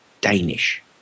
Danish